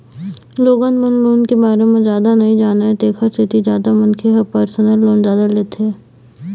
लोगन मन लोन के बारे म जादा नइ जानय तेखर सेती जादा मनखे ह परसनल लोन जादा लेथे